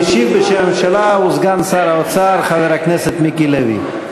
המשיב בשם הממשלה הוא סגן שר האוצר חבר הכנסת מיקי לוי.